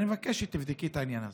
אני מבקש שתבדקי את העניין הזה.